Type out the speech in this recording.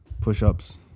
push-ups